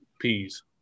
peas